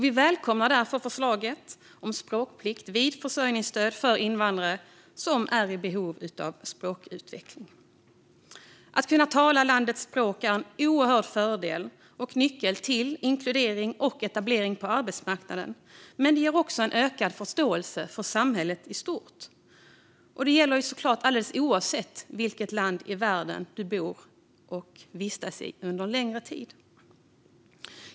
Vi välkomnar därför förslaget om språkplikt när det gäller försörjningsstöd för invandrare som är i behov av språkutveckling. Att kunna tala landets språk är en oerhörd fördel och en nyckel till inkludering och etablering på arbetsmarknaden, men det ger också en ökad förståelse för samhället i stort. Det gäller såklart alldeles oavsett vilket land i världen du bor och vistas i under en längre tid.